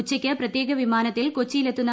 ഉച്ചയ്ക്ക് പ്രത്യേക വിമാനത്തിൽ കൊച്ചിയിൽ എത്തുന്നു